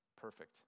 perfect